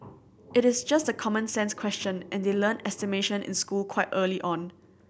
it is just a common sense question and they learn estimation in school quite early on